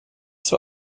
zur